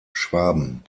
schwaben